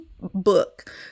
book